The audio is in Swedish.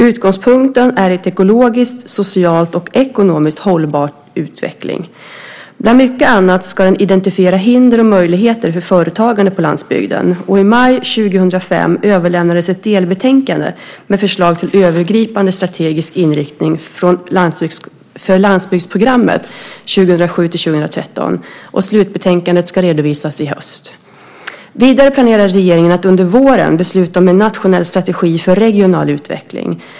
Utgångspunkten är en ekologiskt, socialt och ekonomiskt hållbar utveckling. Bland mycket annat ska den identifiera hinder och möjligheter för företagande på landsbygden. I maj 2005 överlämnades ett delbetänkande med förslag till övergripande strategisk inriktning för landsbygdsprogrammet 2007-2013. Slutbetänkandet ska redovisas i höst. Vidare planerar regeringen att under våren besluta om en nationell strategi för regional utveckling.